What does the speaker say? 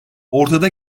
ortada